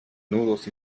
nudos